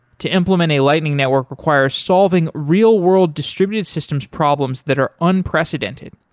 to implement a lightning network requires solving real world distributed systems problems that are unprecedented.